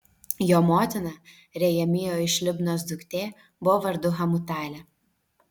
jo motina jeremijo iš libnos duktė buvo vardu hamutalė